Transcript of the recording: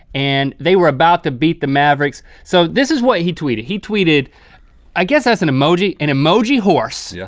and they were about to beat the mavericks, so this is what he tweeted. he tweeted i guess that's an emoji? an emoji horse. yeah